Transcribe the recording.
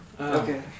Okay